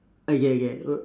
okay okay o~